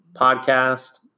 Podcast